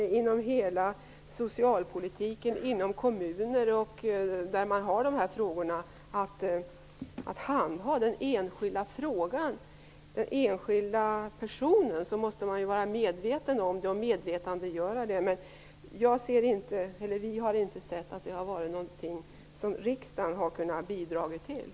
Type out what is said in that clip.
Men inom socialpolitiken i kommunerna, där det handlar om enskilda personer, måste man vara medveten om detta. Vi har alltså inte funnit att riksdagen behöver göra någon insats.